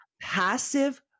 passive